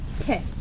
Okay